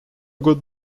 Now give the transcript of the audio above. good